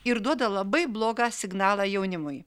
ir duoda labai blogą signalą jaunimui